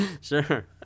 Sure